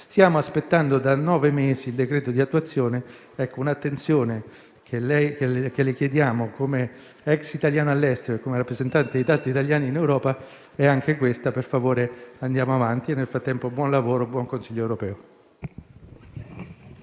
stiamo aspettando da nove mesi il decreto di attuazione. Le chiediamo anche questa attenzione, come ex italiano all'estero e come rappresentante dei tanti italiani in Europa. Per favore andiamo avanti e, nel frattempo, buon lavoro e buon Consiglio europeo.